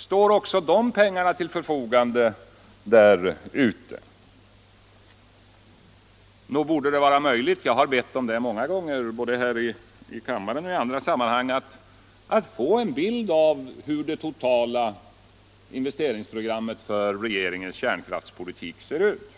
Står också pengarna för dessa investeringar till förfogande utomlands? Nog borde det vara möjligt att få en bild av hur det totala investeringsprogrammet för regeringens kärnkraftspolitik ser ut.